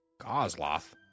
Gosloth